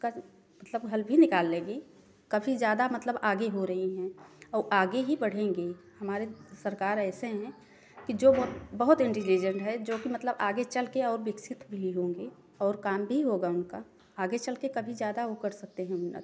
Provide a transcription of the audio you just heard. उसका मतलब हल भी निकाल लेगी काफी ज्यादा मतलब आगे हो रही है और आगे ही बढ़ेंगे हमारे सरकार ऐसे हैं कि जो बहुत बहुत इंटीलिजेंट है जो कि मतलब आगे चल के और विकसित भी होंगे और काम भी होगा उनका आगे चल के कभी ज्यादा वो कर सकते हैं उन्नत